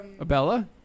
Abella